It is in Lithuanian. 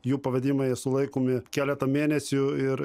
jų pavedimai sulaikomi keletą mėnesių ir